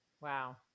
Wow